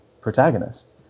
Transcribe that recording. protagonist